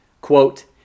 Quote